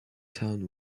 town